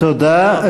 תודה.